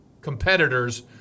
competitors